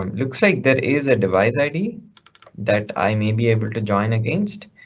um looks like there is a device id that i may be able to join against.